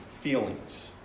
feelings